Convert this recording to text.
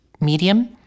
medium